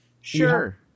Sure